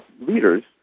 leaders